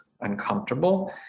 uncomfortable